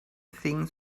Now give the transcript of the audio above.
things